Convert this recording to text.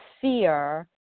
fear